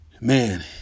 Man